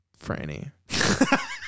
Franny